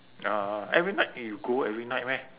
uh every night you go every night meh